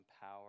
power